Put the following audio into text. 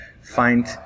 find